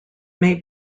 may